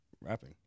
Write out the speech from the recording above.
rapping